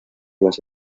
las